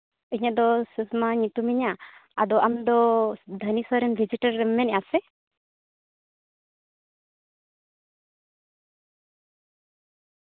ᱤᱧᱟᱹᱜ ᱫᱚ ᱥᱩᱥᱚᱢᱟ ᱧᱩᱛᱩᱢ ᱤᱧᱟᱹᱜ ᱟᱫᱚ ᱟᱢ ᱫᱚ ᱫᱷᱟᱱᱤ ᱥᱚᱨᱮᱱ ᱵᱷᱤᱡᱤᱴᱟᱨᱮᱢ ᱢᱮᱱᱮᱫᱼᱟ ᱥᱮ